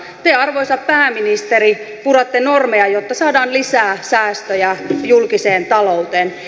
te arvoisa pääministeri puratte normeja jotta saadaan lisää säästöjä julkiseen talouteen